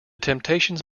temptations